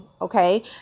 Okay